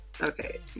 Okay